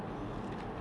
mm